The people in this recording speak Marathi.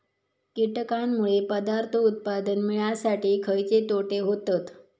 कीटकांनमुळे पदार्थ उत्पादन मिळासाठी खयचे तोटे होतत?